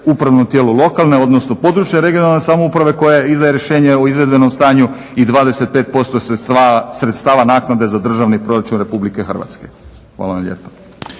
upravnom tijelu lokalne odnosno područne regionalne samouprave koja izdaje rješenje o izvedbenom stanju i 25 sredstava naknade za državni proračun Republike Hrvatske. Hvala vam lijepo.